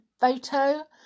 photo